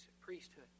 priesthood